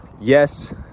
yes